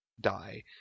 die